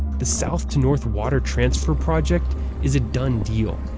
the south-to-north water transfer project is a done deal.